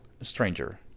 Stranger